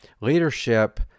Leadership